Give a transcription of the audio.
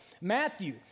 Matthew